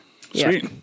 Sweet